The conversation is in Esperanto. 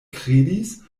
kredis